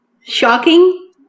Shocking